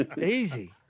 easy